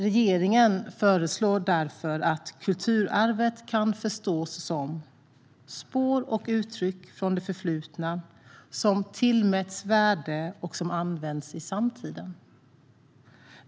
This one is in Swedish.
Regeringen föreslår därför att kulturarvet kan förstås som spår och uttryck från det förflutna som tillmäts värde och används i samtiden.